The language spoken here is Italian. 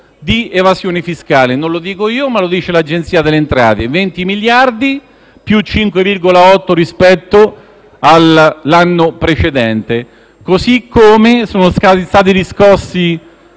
di evasione fiscale. Non lo dico io, ma lo dice l'Agenzia delle entrate: 20 miliardi di recupero, più 5,8 rispetto all'anno precedente. Analogamente, sono stati riscossi